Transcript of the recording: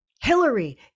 hillary